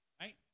Right